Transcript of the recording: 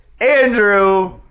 Andrew